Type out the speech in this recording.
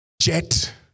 Jet